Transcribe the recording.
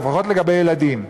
לפחות לגבי ילדים.